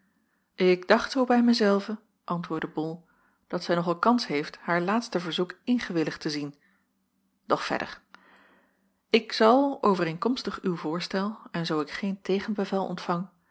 ik dacht zoo bij mij zelven antwoordde bol dat zij nog al kans heeft haar laatste verzoek ingewilligd te zien doch verder ik zal overeenkomstig uw voorstel en zoo ik geen tegenbevel ontvang